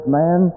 man